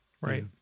right